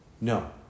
No